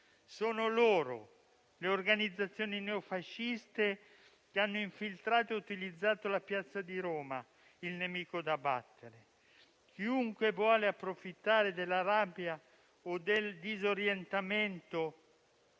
Sono loro, le organizzazioni neofasciste che hanno infiltrato e utilizzato la piazza di Roma, il nemico da battere. C'è chi vuole approfittare della rabbia o del disorientamento